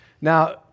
Now